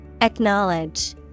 Acknowledge